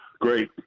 Great